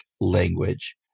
language